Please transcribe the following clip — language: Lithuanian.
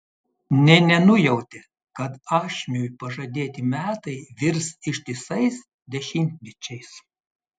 nė nenujautė kad ašmiui pažadėti metai virs ištisais dešimtmečiais